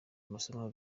amasomo